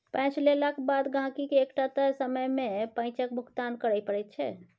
पैंच लेलाक बाद गहिंकीकेँ एकटा तय समय मे पैंचक भुगतान करय पड़ैत छै